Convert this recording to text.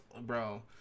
bro